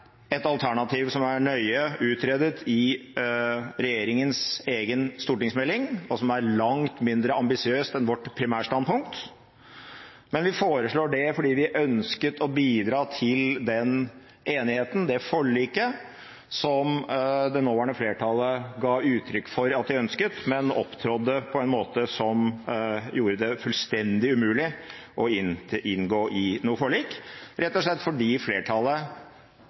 et alternativ som er nøye utredet i regjeringens egen stortingsmelding, og som er langt mindre ambisiøst enn vårt primærstandpunkt, men vi foreslår det fordi vi ønsket å bidra til den enigheten, det forliket som det nåværende flertallet ga uttrykk for at de ønsket, men opptrådte på en måte som gjorde det fullstendig umulig å inngå i noe forlik, rett og slett fordi flertallet